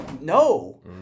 No